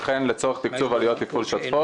וכן לצורך תקצוב עלויות תפעול שוטפות,